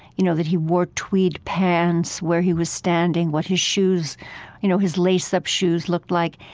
you know, that he wore tweed pants, where he was standing, what his shoes you know, his lace-up shoes looked like.